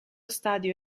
stadio